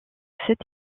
cet